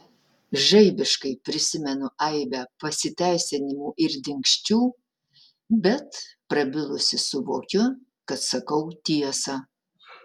žaibiškai prisimenu aibę pasiteisinimų ir dingsčių bet prabilusi suvokiu kad sakau tiesą